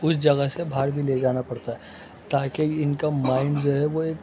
اس جگہ سے باہر بھی لے جانا پڑتا ہے تاکہ ان کا مائنڈ جو ہے وہ ایک